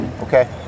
okay